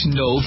no